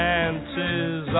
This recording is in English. Chances